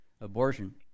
abortion